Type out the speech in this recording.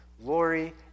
Lori